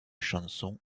chansons